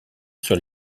sur